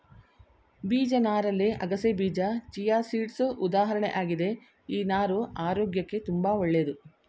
ಬೀಜ ನಾರಲ್ಲಿ ಅಗಸೆಬೀಜ ಚಿಯಾಸೀಡ್ಸ್ ಉದಾಹರಣೆ ಆಗಿದೆ ಈ ನಾರು ಆರೋಗ್ಯಕ್ಕೆ ತುಂಬಾ ಒಳ್ಳೇದು